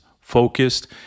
focused